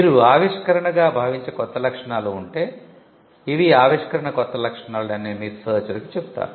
మీరు ఆవిష్కరణగా భావించే కొత్త లక్షణాలు ఉంటే ఇవి ఆవిష్కరణ కొత్త లక్షణాలు అని మీరు సెర్చర్ కి చెబుతారు